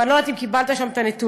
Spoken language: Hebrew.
ואני לא יודעת אם קיבלת שם את הנתונים.